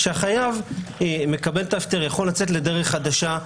כשהחייב מקבל את ההפטר הוא יכול לצאת לדרך חדשה,